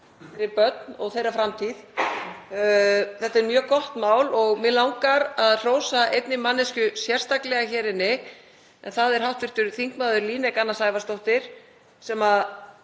Þetta er mjög gott mál mig langar að hrósa einni manneskju sérstaklega hér inni, en það er hv. þm. Líneik Anna Sævarsdóttir sem